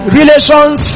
relations